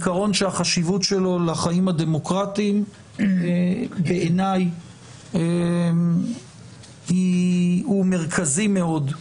עיקרון שהחשיבות שלו לחיים הדמוקרטיים בעיניי היא מרכזית מאוד.